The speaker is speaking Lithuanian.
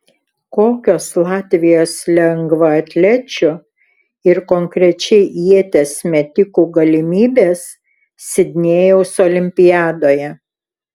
kokios latvijos lengvaatlečių ir konkrečiai ieties metikų galimybės sidnėjaus olimpiadoje